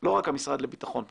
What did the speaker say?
לא רק המשרד לביטחון פנים,